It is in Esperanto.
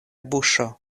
buŝo